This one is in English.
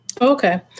Okay